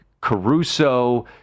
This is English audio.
Caruso